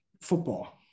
football